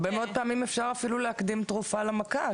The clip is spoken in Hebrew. הרבה מאוד פעמים אפשר אפילו להקדים תרופה למכה,